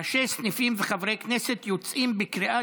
ראשי סניפים וחברי כנסת יוצאים בקריאה